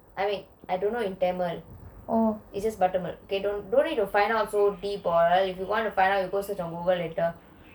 I mean I don't know in tamil is just buttermilk okay don't don't need to find out so deep or if you want to find out you go search on google later